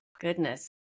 goodness